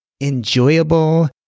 enjoyable